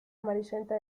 amarillenta